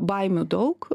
baimių daug